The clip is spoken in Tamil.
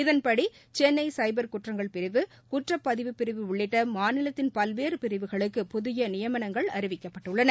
இதன்படி சென்னை சைபர் குற்றங்கள் பிரிவு குற்றப்பதிவப் பிரிவு உள்ளிட்ட மாநிலத்தின் பல்வேறு பிரிவுகளுக்கு புதிய நியமனங்கள் அறிவிக்கப்பட்டுள்ளன